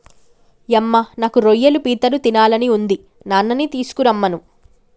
యమ్మ నాకు రొయ్యలు పీతలు తినాలని ఉంది నాన్ననీ తీసుకురమ్మను